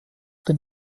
den